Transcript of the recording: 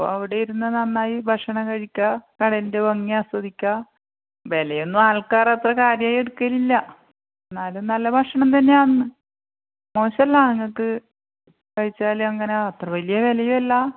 അപ്പോൾ അവിടെയിരുന്ന് നന്നായി ഭക്ഷണം കഴിക്കുക കടലിൻ്റെ ഭംഗി ആസ്വദിക്കുക വിലയൊന്നും ആൾക്കാർ അത്ര കാര്യമായി എടുക്കലില്ല എന്നാലും നല്ല ഭക്ഷണം തന്നെ ആണ് മോശല്ല ഇങ്ങക്ക് കഴിച്ചാലും അങ്ങന അത്ര വലിയ വിലയും അല്ലാ